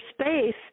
space